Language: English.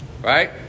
right